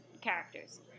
characters